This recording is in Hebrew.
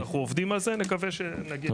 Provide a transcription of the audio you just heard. אנחנו עובדים על זה ונקווה שנגיע לפתרון.